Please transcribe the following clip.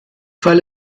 fall